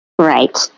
Right